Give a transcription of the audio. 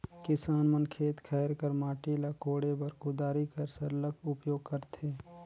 किसान मन खेत खाएर कर माटी ल कोड़े बर कुदारी कर सरलग उपियोग करथे